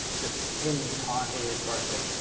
this hinge part here is broken.